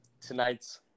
tonight's